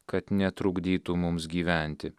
kad netrukdytų mums gyventi